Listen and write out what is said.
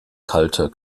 kalter